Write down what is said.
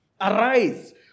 Arise